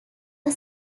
are